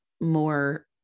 more